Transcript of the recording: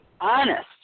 honest